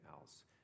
else